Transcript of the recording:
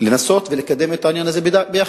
לנסות לקדם את העניין הזה יחד,